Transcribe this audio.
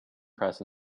press